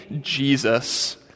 Jesus